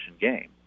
game